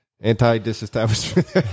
anti-disestablishment